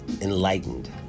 enlightened